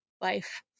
life